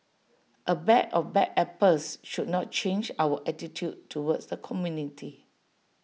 A bag of bad apples should not change our attitude towards the community